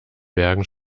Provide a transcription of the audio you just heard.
bergen